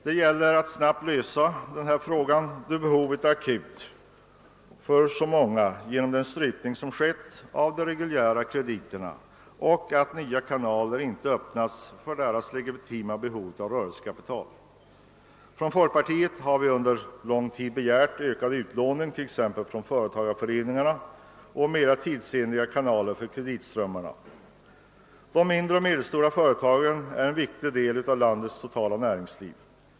Det gäller att snabbt lösa denna fråga, då behovet är akut för många på grund av att de reguljära krediterna har strypts och nya kanaler inte har öppnats för de mindre företagens legitima behov av rörelsekapital. Folkpartiet har under lång tid begärt ökad utlåning t.ex. från företagareföreningarna och mera tidsenliga kanaler för kreditströmmarna. De mindre och medelstora företagen är en viktig del av landets totala näringsliv.